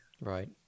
Right